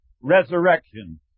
Resurrection